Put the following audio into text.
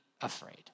afraid